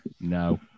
No